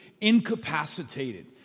incapacitated